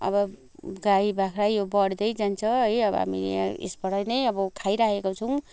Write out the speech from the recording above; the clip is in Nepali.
अब गाई बाख्रा यो बढ्दै जान्छ है अब हामीले यसबाट नै अब खाइराखेको छौँ